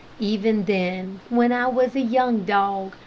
even then, when i was a young dog,